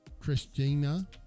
Christina